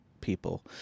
people